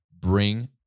bring